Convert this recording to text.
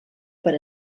per